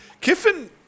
Kiffin